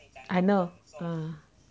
I know ah